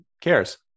cares